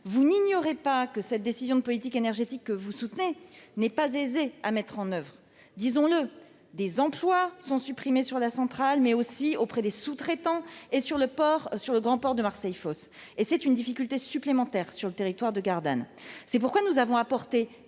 Vous n'ignorez pas que cette décision de politique énergétique, que vous soutenez, n'est pas aisée à mettre en oeuvre. Disons-le : des emplois sont supprimés sur le site de la centrale, comme auprès des sous-traitants et sur le grand port de Marseille-Fos. C'est une difficulté supplémentaire sur le territoire de Gardanne. C'est pourquoi nous avons apporté